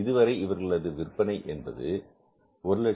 இதுவரை இவர்களது விற்பனை என்பது 150000